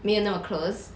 没有那么 close